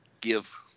give